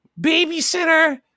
babysitter